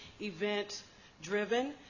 event-driven